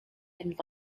and